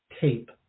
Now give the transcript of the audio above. tape